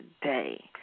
today